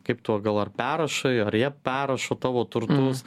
kaip tu a gal ar perrašai ar jie perrašo tavo turtus